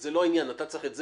כמו שאמרה הגברת,